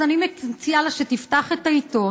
אז אני מציעה לה שתפתח את העיתון.